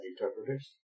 interpreters